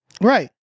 Right